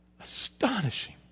Astonishing